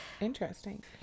interesting